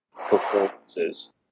performances